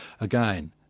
Again